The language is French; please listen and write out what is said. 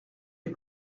les